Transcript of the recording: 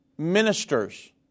ministers